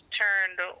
turned